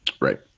Right